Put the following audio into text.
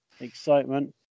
Excitement